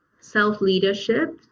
self-leadership